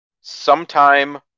sometime